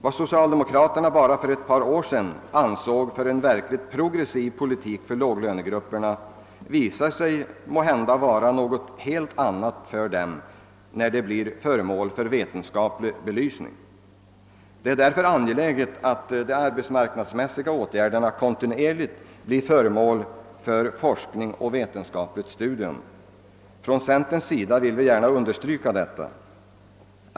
Vad socialdemokraterna bara för ett par år sedan ansåg vara en verkligt progressiv politik med tanke på låglönegrupperna visar sig vara något helt annat när den vetenskapligt belyses. Det är därför angeläget att de arbetsmarknadsmässiga åtgärderna kontinuerligt blir föremål för forskning och vetenskapligt studium. Centern vill gärna understryka detta.